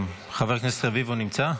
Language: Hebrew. חבר הכנסת רביבו נמצא?